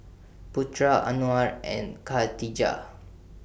Putra Anuar and Khatijah